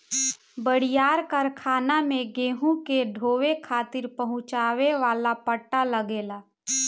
बड़ियार कारखाना में गेहूं के ढोवे खातिर पहुंचावे वाला पट्टा लगेला